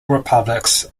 republics